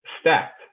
stacked